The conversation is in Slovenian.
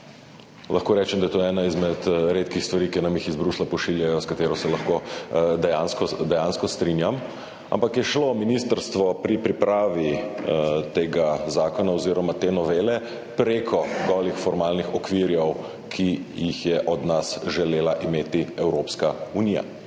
Lahko rečem, da je to ena izmed redkih stvari, ki nam jih pošiljajo iz Bruslja, s katero se lahko dejansko strinjam, ampak je šlo ministrstvo pri pripravi tega zakona oziroma te novele prek golih formalnih okvirjev, ki jih je od nas želela imeti Evropska unija.